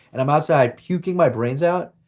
and i'm outside puking my brains out,